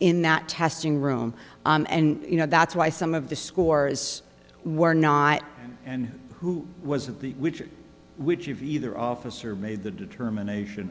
in that testing room and you know that's why some of the scores were not and who was at the which or which of either officer made the determination